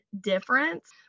difference